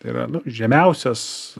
tai yra nu žemiausias